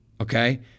okay